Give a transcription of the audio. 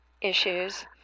issues